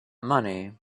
money